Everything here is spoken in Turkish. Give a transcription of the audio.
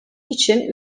için